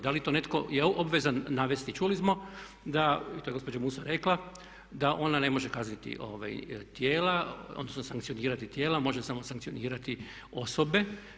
Da li to netko je obvezan navesti, čuli smo da i to je gospođa Musa rekla, da ona ne može kazniti tijela, odnosno sankcionirati tijela, možda samo sankcionirati osobe.